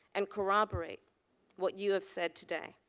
and corroborate what you have said today.